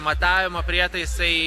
matavimo prietaisai